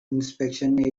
inspection